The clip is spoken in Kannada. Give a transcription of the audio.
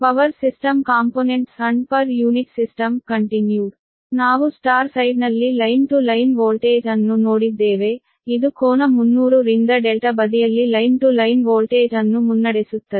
power system components and per unit system continued ಆದ್ದರಿಂದ ನಾವು ಸ್ಟಾರ್ ಸೈಡ್ನಲ್ಲಿ ಲೈನ್ ಟು ಲೈನ್ ವೋಲ್ಟೇಜ್ ಅನ್ನು ನೋಡಿದ್ದೇವೆ ಇದು ಕೋನ 300 ರಿಂದ ∆ ಬದಿಯಲ್ಲಿ ಲೈನ್ ಟು ಲೈನ್ ವೋಲ್ಟೇಜ್ ಅನ್ನು ಮುನ್ನಡೆಸುತ್ತದೆ